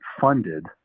funded